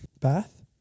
Bath